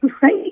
Right